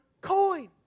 coin